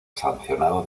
sancionado